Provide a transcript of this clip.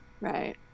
Right